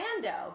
rando